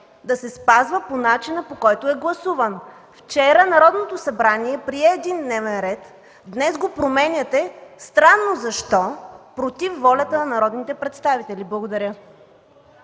да се спазва по начина, по който е гласуван. Вчера Народното събрание прие един дневен ред, а днес го променяте – странно защо?! – против волята на народните представители. Благодаря.